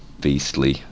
beastly